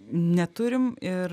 neturim ir